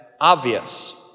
obvious